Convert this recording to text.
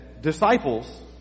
Disciples